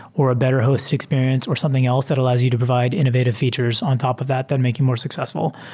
or a better host experience, or something else that al lows you to provide innovative features on top of that that make you more successful.